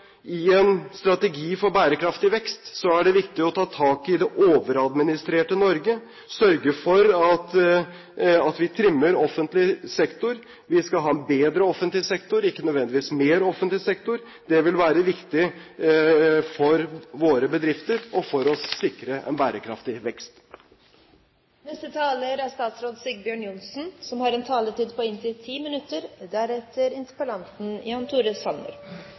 i en strategi for bærekraftig vekst er det viktig å ta tak i det overadministrerte Norge, sørge for at vi trimmer offentlig sektor. Vi skal ha en bedre offentlig sektor, ikke nødvendigvis mer offentlig sektor. Det vil være viktig for våre bedrifter og for å sikre en bærekraftig vekst. Det er fint å begynne det nye året med en